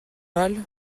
mal